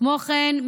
כמו כן,